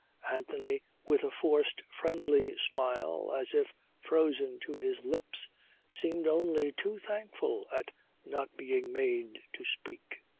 anthony with a forced friendly smile as if frozen to his lips seemed only too thankful at not being made to speak.